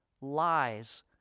lies